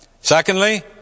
Secondly